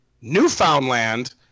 Newfoundland